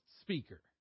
speaker